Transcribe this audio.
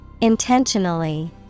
Intentionally